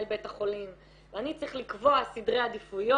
בית החולים ואני צריך לקבוע סדרי עדיפויות.